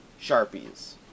sharpies